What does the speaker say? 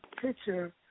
picture